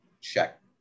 check